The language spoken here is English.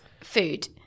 food